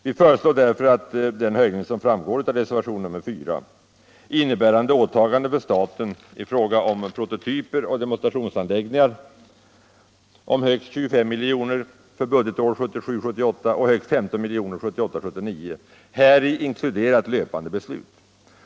Vi föreslår därför, som framgår av reservationen 5, ekonomisk förpliktelse för staten ”i samband med bidrag till framtagande av prototyper och demonstrationsanläggningar, vilken inberäknat löpande beslut innebär åtaganden om högst 25 000 000 kr. budgetåret 1977 79”.